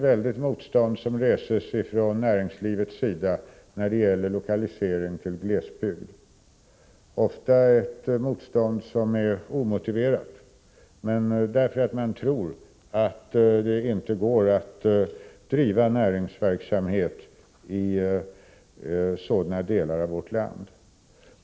Näringslivet reser ett väldigt motstånd när det gäller lokalisering till glesbygd. Det är ofta ett motstånd som är omotiverat, men företagen tror att det inte går att driva näringsverksamhet i sådana delar av vårt land.